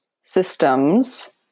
systems